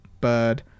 bird